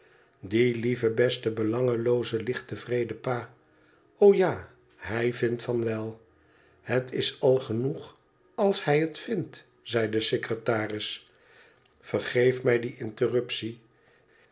die lieve beste belangelooze licht tevredene pa o ja hij vindt van wel het is al genoeg als hij het vindt zei de secretaris vergeef mij die interruptie